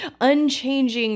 unchanging